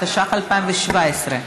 התשע"ח 2017,